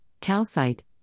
calcite